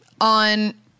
on